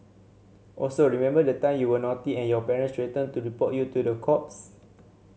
also remember the time you were naughty and your parents threatened to report you to the cops